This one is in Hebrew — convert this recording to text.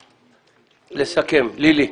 אני מסכמת.